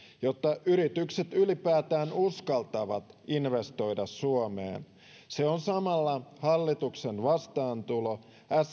jotta yritykset ylipäätään uskaltavat investoida suomeen se on samalla hallituksen vastaantulo